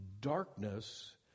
darkness